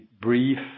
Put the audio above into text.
brief